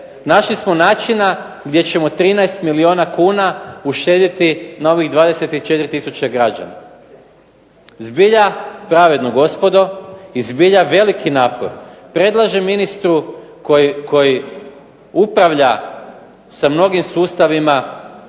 našli smo načina gdje ćemo 13 milijuna kuna uštedjeti na ovih 24 tisuće građana. Zbilja pravedno gospodo i zbilja ogroman napor. Predlažem ministru koji upravlja sa mnogim sustavima